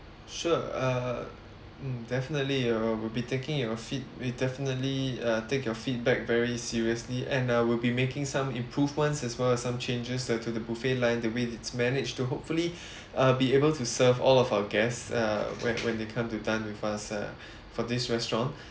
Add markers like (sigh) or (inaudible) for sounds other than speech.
sure err mm definitely uh we'll be taking your feed~ we'll definitely uh take your feedback very seriously and uh we'll be making some improvements as well as some changes uh to the buffet line the way it's managed to hopefully (breath) uh be able to serve all of our guests uh when when they come to dine with us uh for this restaurant